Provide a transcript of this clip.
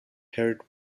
haired